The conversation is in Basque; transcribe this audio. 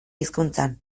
hizkuntzan